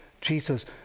Jesus